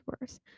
worse